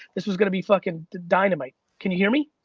this was gonna be fuckin' dynamite, can you hear me?